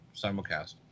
simulcast